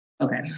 Okay